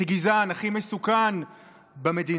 הכי גזען, הכי מסוכן במדינה.